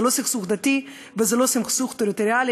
זה לא סכסוך דתי וזה לא סכסוך טריטוריאלי,